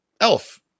elf